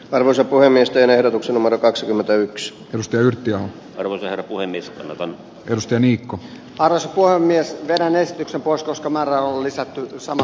arvoisa puhemies teen ehdotuksen omar kaksikymmentäyksi justyrttiaho arvoja kuin misratan edustaja niikko paras voi myös äänestyksen poistosta määrä on lisätty osana